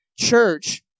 church